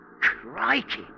Crikey